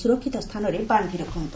ସ୍ତରକ୍ଷିତ ସ୍ଥାନରେ ବାକ୍ଷି ରଖନ୍ତ